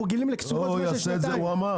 אנחנו רגילים לקצובות של שנתיים.